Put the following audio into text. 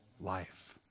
life